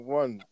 one